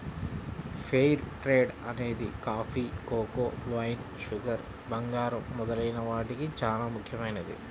fair trade అనేది coffee, cocoa, wine, sugar, బంగారం మొదలైన వాటికి చానా ముఖ్యమైనది